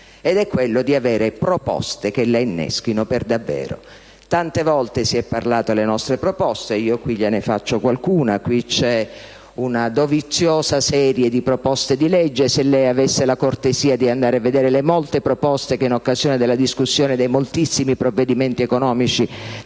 ed è quella di avere proposte che la inneschino per davvero. Tante volte si è parlato delle nostre proposte: gliene faccio ora qualcuna. Potrei elencarle una doviziosa serie di proposte di legge. Se lei avesse la cortesia di andare a vedere le molte proposte che, in occasione della discussione dei moltissimi provvedimenti economici